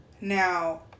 now